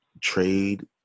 trade